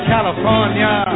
California